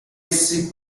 essi